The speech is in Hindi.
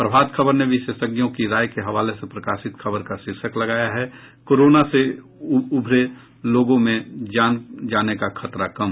प्रभात खबर ने विशेषज्ञों की राय के हवाले से प्रकाशित खबर का शीर्षक लगाया है कोरोना से उभरे लोगों में जान जाने का खतरा कम